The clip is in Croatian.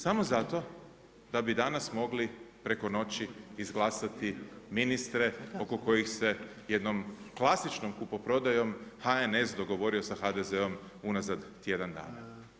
Samo zato da bi danas mogli preko noći izglasati ministre oko kojih se jednom klasičnom kupoprodajom HNS dogovorio sa HDZ-o unazad tjedan dana.